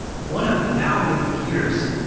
one of now with computers,